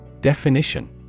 Definition